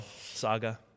saga